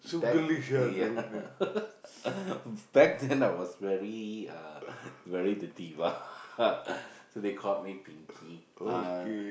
back yeah back then I was very uh very the diva so they called me pinky uh